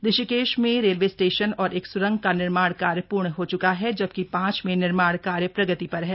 ऋषिकेश में railway station और एक सुरंग का निर्माण कार्य पूर्ण हो चुका है जबकि पांच में निर्माण कार्य प्रगति पर है